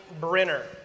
Brenner